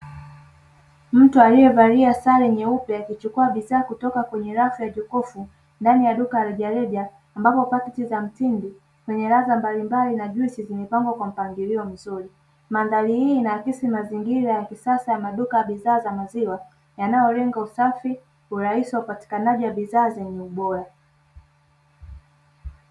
Mtu aliyevalia sare nyeupe akichukua bidhaa kutoka kwenye rafu ya jokofu ndani ya duka rejareja, ambapo pakiti za mtindi zenye ladha mbalimbali na juisi zimepangwa kwa mpangilio mzuri, mandhari hii inaakisi mazingira ya kisasa ya maduka ya bidhaa za maziwa, yanayolenga usafi uraisi wa upatikanaji wa bidhaa zenye ubora.